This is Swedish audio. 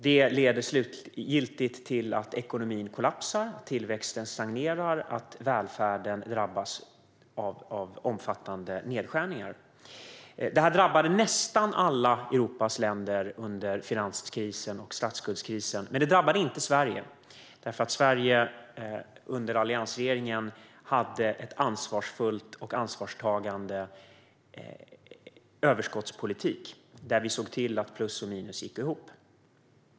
Detta leder slutligen till att ekonomin kollapsar, tillväxten stagnerar och välfärden drabbas av omfattande nedskärningar. Detta drabbade nästan alla Europas länder under finans och statsskuldskrisen, men det drabbade inte Sverige. Sverige hade nämligen under alliansregeringen en ansvarsfull överskottspolitik; vi såg till att plus och minus gick ihop.